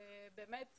באמת,